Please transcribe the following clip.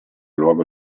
luogo